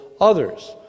others